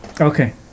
okay